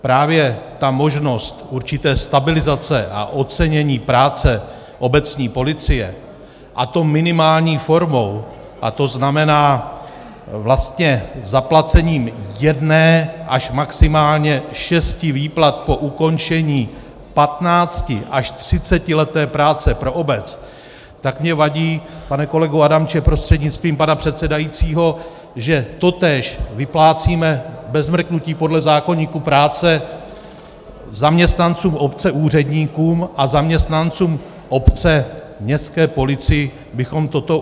Právě ta možnost určité stabilizace a ocenění práce obecní policie, a to minimální formou, to znamená vlastně zaplacením jedné až maximálně šesti výplat po ukončení patnácti až třicetileté práce pro obec, tak mně vadí, pane kolego Adamče prostřednictvím pana předsedajícího, že totéž vyplácíme bez mrknutí podle zákoníku práce zaměstnancům obce úředníkům, a zaměstnancům obce městské policii bychom toto upírali.